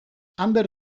ander